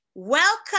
Welcome